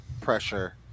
pressure